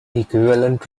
equivalent